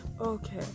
Okay